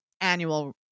annual